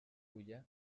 fulla